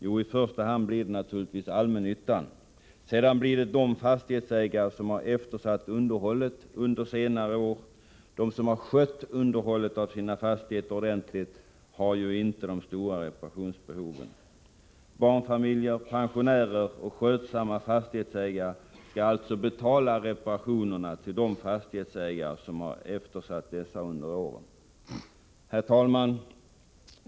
Jo, i första hand blir det naturligtvis allmännyttan. Sedan blir det de fastighetsägare som har eftersatt underhållet under senare år. De som har skött underhållet av sina fastigheter ordentligt har ju inte de stora reparationsbehoven. Barnfamiljer, pensionärer och skötsamma fastighetsägare skall alltså betala reparationerna till de fastighetsägare som har eftersatt dessa under åren. Herr talman!